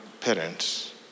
parents